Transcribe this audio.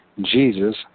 jesus